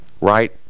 right